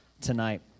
tonight